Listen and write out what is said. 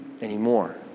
anymore